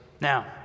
Now